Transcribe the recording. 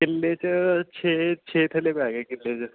ਕਿੱਲੇ 'ਚ ਛੇ ਛੇ ਥੈਲੇ ਪੈ ਗਏ ਕਿੱਲੇ 'ਚ